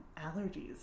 allergies